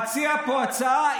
אתה יודע מה קורה בשטחים.